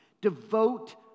devote